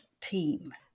team